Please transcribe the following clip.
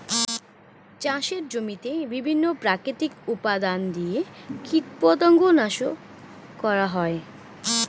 চাষের জমিতে বিভিন্ন প্রাকৃতিক উপাদান দিয়ে কীটপতঙ্গ নাশ করা হয়